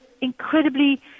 incredibly